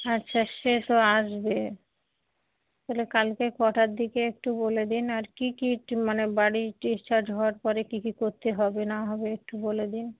আচ্ছা সে তো আসবে তাহলে কালকে কটার দিকে একটু বলে দিন আর কী কী একটু মানে বাড়ি ডিসচার্জ হওয়ার পরে কী কী করতে হবে না হবে একটু বলে দিন